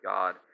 God